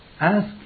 Ask